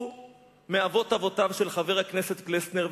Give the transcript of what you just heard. הוא מאבות אבותיו של חבר הכנסת פלסנר,